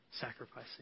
Sacrificing